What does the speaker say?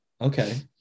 Okay